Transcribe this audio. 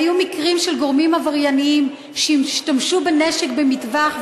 היו מקרים של גורמים עברייניים שהשתמשו בנשק במטווח,